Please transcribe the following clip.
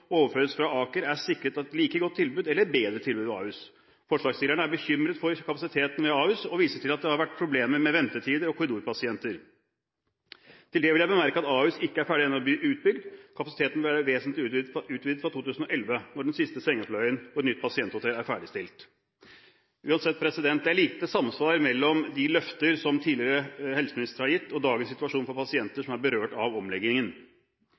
overføres fra Aker, er sikret et like godt eller bedre tilbud ved Ahus. Forslagsstillerne er bekymret for kapasiteten ved Ahus og viser til at det har vært problemer med ventetider og korridorpasienter. Til det vil jeg bemerke at Ahus ikke er ferdig utbygd ennå. Kapasiteten vil være vesentlig utvidet fra 2011, når den siste sengefløyen og et nytt pasienthotell er ferdigstilt.» Uansett – det er lite samsvar mellom de løfter som den tidligere helseministeren har gitt, og dagens situasjon for pasienter som er berørt av omleggingen.